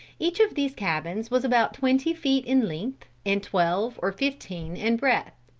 each of these cabins was about twenty feet in length and twelve or fifteen in breadth.